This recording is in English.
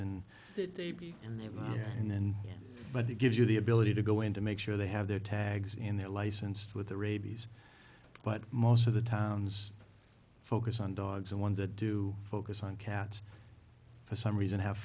there and then but it gives you the ability to go in to make sure they have their tags and their licensed with the rabies but most of the towns focus on dogs and ones that do focus on cats for some reason have